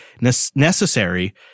necessary